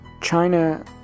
China